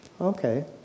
okay